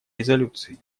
резолюции